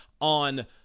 on